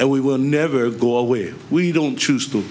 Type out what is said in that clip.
and we were never go away we don't choose to